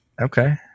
Okay